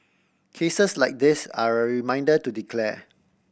cases like this are a reminder to declare